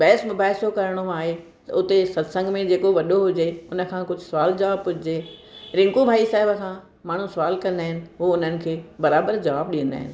बहस मुबहसो करणो आहे त उते सत्संग में जेको वॾो हुजे उनखां कुझु सुवाल जवाब पुछिजे रिंकू भाई साहिब खां माण्हू सवालु कंदा आहिनि उहे उन्हनि खे बराबरि जवाबु ॾींदा आहिनि